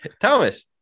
Thomas